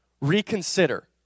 reconsider